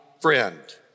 friend